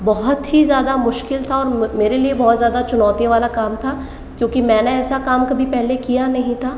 बहुत ही ज़्यादा मुश्किल था और मेरे लिए बहुत ज़्यादा चुनौतियों वाला काम था क्योंकि मैंने ऐसा काम कभी पहले किया नही था